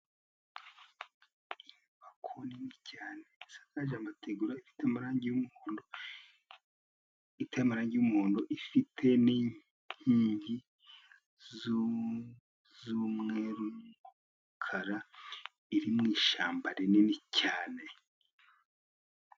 Inyubako nini cyane isakaje amategura, ifite amarangi y'umuhondo iteye amarangi y'umuhondo, ifite n'inkingi z'umweru n'umukara, iri mu ishyamba rinini cyane.